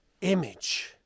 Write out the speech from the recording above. image